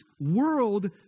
world